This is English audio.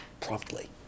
promptly